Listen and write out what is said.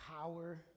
power